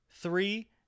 three